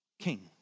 King